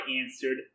answered